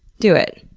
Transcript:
do it.